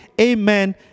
amen